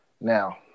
Now